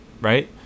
Right